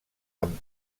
amb